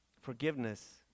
Forgiveness